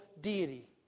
deity